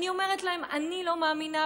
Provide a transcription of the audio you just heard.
אני אומרת להם: אני לא מאמינה,